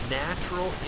natural